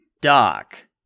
Doc